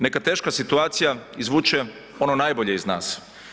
Neka teška situacija izvuče ono najbolje iz nas.